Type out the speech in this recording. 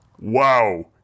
Wow